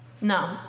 no